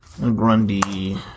Grundy